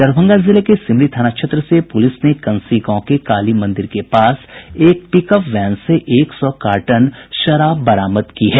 दरभंगा जिले के सिमरी थाना क्षेत्र से पूलिस ने कंसी गांव के काली मंदिर के पास एक पिकअप वैन से एक सौ कार्टन शराब बरामद की है